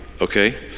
Okay